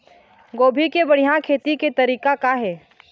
गोभी के बढ़िया खेती के तरीका का हे?